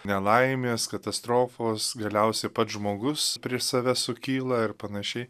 nelaimės katastrofos galiausiai pats žmogus prieš save sukyla ir panašiai